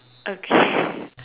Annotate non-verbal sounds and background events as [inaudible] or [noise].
okay [breath]